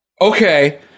Okay